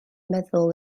meddwl